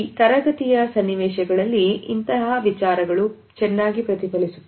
ತರಗತಿಯ ಸನ್ನಿವೇಶಗಳಲ್ಲಿ ಇಂತಹ ವಿಚಾರಗಳು ಚೆನ್ನಾಗಿ ಪ್ರತಿಫಲಿಸುತ್ತವೆ